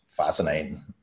Fascinating